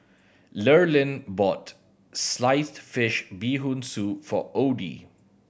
Lurline bought sliced fish Bee Hoon Soup for Odie